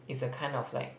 it's a kind of like